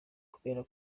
kubera